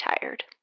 tired